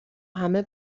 همه